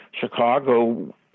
Chicago